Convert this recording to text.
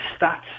stats